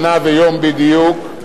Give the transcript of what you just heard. שנה ויום בדיוק,